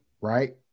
Right